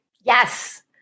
Yes